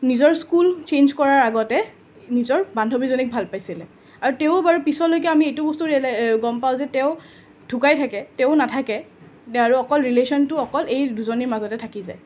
নিজৰ school change কৰাৰ আগতে নিজৰ বান্ধৱীজনীক ভাল পাইছিলে আৰু তেওঁ বাৰু পিছলৈকে আমি এইটো বস্তু ৰিয়েলাইজ গম পাওঁ যে তেওঁ ঢুকাই থাকে তেওঁ নাথাকে আৰু অকল ৰিলেশ্ব্যনটো অকল এই দুজনীৰ মাজতে থাকি যায়